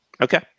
okay